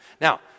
Now